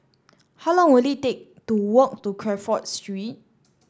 how long will it take to walk to Crawford Street